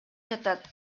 жатат